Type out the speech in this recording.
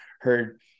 heard